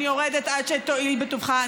אני יורדת עד שתואיל בטובך.